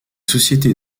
sociétés